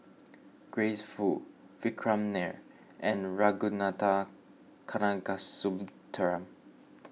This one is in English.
Grace Fu Vikram Nair and Ragunathar Kanagasuntheram